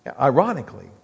Ironically